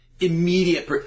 immediate